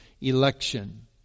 election